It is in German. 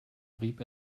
rieb